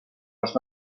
les